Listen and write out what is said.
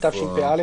התשפ"א